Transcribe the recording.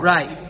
Right